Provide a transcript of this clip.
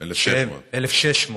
1,600. 1,600,